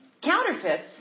counterfeits